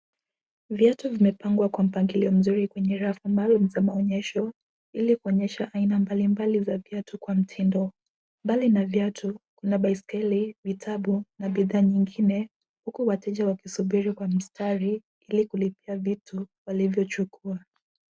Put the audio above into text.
Viatu vimepangwa kwa mpangilio nzuri kwenye rafu mbao za maonyesho ili kuonyesha aina mbalimbali za viatu kwa mtindo. Mbali na viatu kuna baiskeli, vitabu na bidhaa nyingine huku wateja wakisubiri kwa mstari ili kulipia vitu walivyochukua.